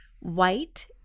white